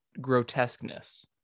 grotesqueness